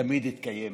תמיד התקיים.